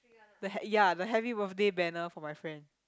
the ha~ ya the happy birthday banner for my friend